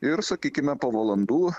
ir sakykime po valandų